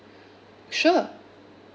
sure